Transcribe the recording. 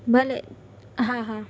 ભલે હા હા